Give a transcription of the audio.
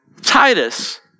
Titus